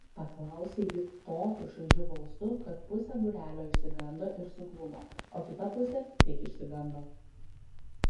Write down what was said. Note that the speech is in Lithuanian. paklausė ji tokiu šaižiu balsu kad pusė būrelio išsigando ir suglumo o kita pusė tik išsigando